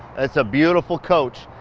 it's a beautiful coach.